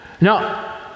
Now